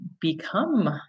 become